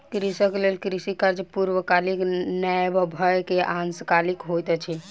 कृषक लेल कृषि कार्य पूर्णकालीक नै भअ के अंशकालिक होइत अछि